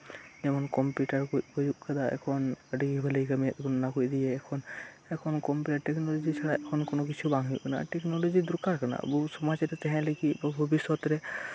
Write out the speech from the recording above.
ᱡᱮᱢᱚᱱ ᱠᱚᱢᱯᱤᱭᱩᱴᱟᱨ ᱠᱚ ᱡᱩᱫ ᱠᱟᱫᱟ ᱮᱠᱷᱚᱱ ᱟᱹᱰᱤ ᱵᱷᱟᱹᱜᱤ ᱠᱟᱹᱢᱤ ᱦᱩᱭᱩᱜ ᱠᱟᱱᱟ ᱚᱱᱟ ᱠᱚ ᱱᱤᱭᱮ ᱮᱠᱷᱚᱱ ᱠᱚᱢᱯᱤᱴᱟᱨ ᱴᱮᱠᱱᱳᱞᱚᱡᱤ ᱪᱷᱟᱲᱟ ᱮᱠᱷᱚᱱ ᱠᱳᱱᱳᱠᱤᱪᱷᱩ ᱵᱟᱝ ᱦᱩᱭᱩᱜ ᱠᱟᱱᱟ ᱴᱮᱠᱱᱳᱞᱚᱡᱤ ᱫᱚᱨᱠᱟᱨ ᱠᱟᱱᱟ ᱮᱵᱚᱝ ᱥᱚᱢᱟᱡ ᱨᱮ ᱛᱟᱸᱦᱮ ᱞᱟᱹᱜᱤᱫ ᱦᱟᱯᱮᱱ ᱫᱤᱱ ᱨᱮ